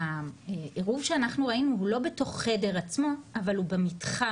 העירוב שאנחנו ראינו הוא לא בתוך חדר עצמו אבל הוא במתחם